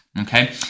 okay